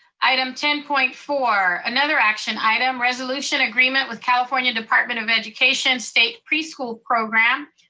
item ten point four, another action item. resolution agreement with california department of education state preschool program.